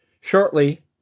shortly